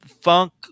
funk